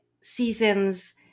seasons